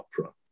opera